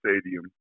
Stadium